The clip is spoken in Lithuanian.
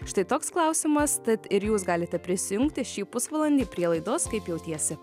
štai toks klausimas tad ir jūs galite prisijungti šį pusvalandį prie laidos kaip jautiesi